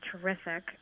terrific